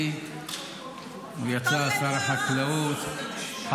מותר לך, אבל לא להפריע.